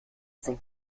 sind